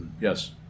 Yes